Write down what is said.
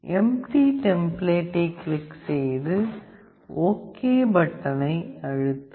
empty டெம்ப்ளேட்டை click செய்து okay பட்டனை அழுத்தவும்